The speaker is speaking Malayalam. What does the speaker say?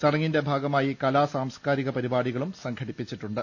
ചടങ്ങിന്റെ ഭാഗമായി കലാ സാംസ്കാരിക പരിപാടികളും സംഘ ടിപ്പിച്ചിട്ടുണ്ട്